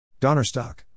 Donnerstock